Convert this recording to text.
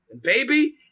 baby